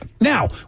now